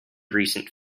recent